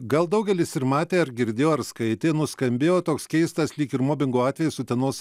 gal daugelis ir matė ar girdėjo ar skaitė nuskambėjo toks keistas lyg ir mobingo atvejis utenos